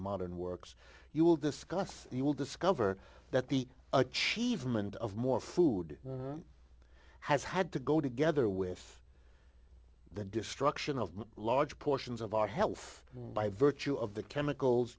modern works you will discuss you will discover that the achievement of more food has had to go together with the destruction of large portions of our health by virtue of the chemicals